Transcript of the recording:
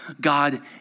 God